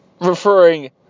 referring